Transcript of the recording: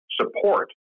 support